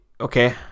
okay